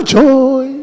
joy